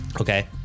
Okay